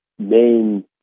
main